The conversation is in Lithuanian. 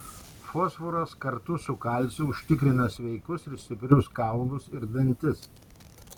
fosforas kartu su kalciu užtikrina sveikus ir stiprius kaulus ir dantis